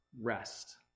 rest